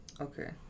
Okay